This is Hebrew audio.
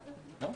לא?